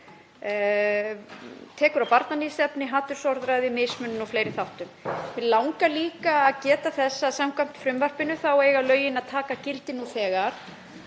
tekur á barnaníðsefni, hatursorðræðu, mismunun og fleiri þáttum. Mig langar líka að geta þess að samkvæmt frumvarpinu þá eiga lögin að taka gildi nú þegar.